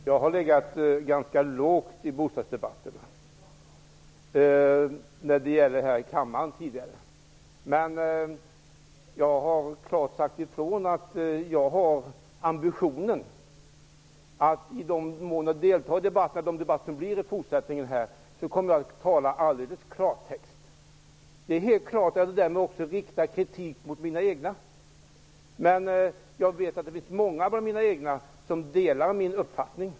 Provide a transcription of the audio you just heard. Herr talman! Jag har legat ganska lågt i bostadsdebatten här i kammaren tidigare. Men jag har klart sagt ifrån att i den mån jag deltar i debatterna fortsättningsvis så har jag ambitionen att tala i klartext. Självfallet riktar jag därmed kritik också mot mina egna, men jag vet att det finns många ibland dem som delar min uppfattning.